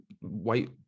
white